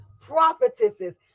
prophetesses